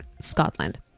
Scotland